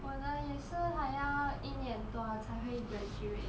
我的也是还要一年多才会 graduate